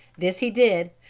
this he did,